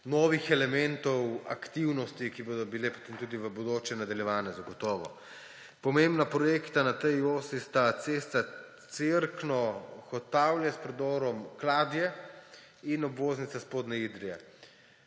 novih elementov aktivnosti, ki bodo potem tudi v bodoče nadaljevane zagotovo. Pomembna projekta na tej osi sta cesta Cerkno–Hotavlje s predorom Kladje in obvoznica Spodnje Idrije.